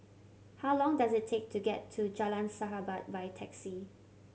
how long does it take to get to Jalan Sahabat by taxi